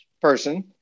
person